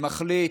שמחליט,